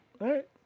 right